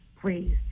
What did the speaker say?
please